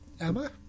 Emma